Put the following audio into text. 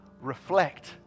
Reflect